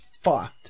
fucked